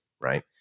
Right